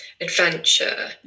adventure